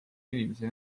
inimesi